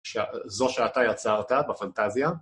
שה זו שאתה יצרת בפנטזיה.